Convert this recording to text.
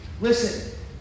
Listen